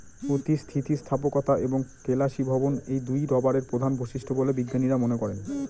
অতি স্থিতিস্থাপকতা এবং কেলাসীভবন এই দুইই রবারের প্রধান বৈশিষ্ট্য বলে বিজ্ঞানীরা মনে করেন